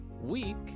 week